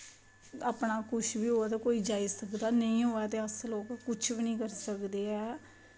अपना खुश बी होग ते कोई जाई सकदा नेंई होऐ ते अस लोग कुछ बी नी करी सकदे ऐ